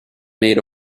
made